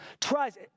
tries